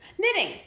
Knitting